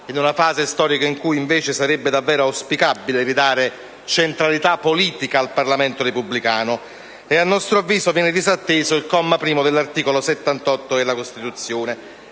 in una fase storica in cui, invece, sarebbe davvero auspicabile ridare centralità politica al Parlamento repubblicano. A nostro avviso, viene disatteso il primo comma dell'articolo 71 della Costituzione,